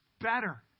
better